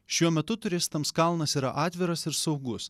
šiuo metu turistams kalnas yra atviras ir saugus